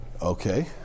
Okay